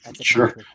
Sure